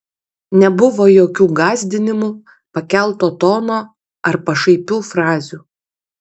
nebuvo jokių gąsdinimų pakelto tono ar pašaipių frazių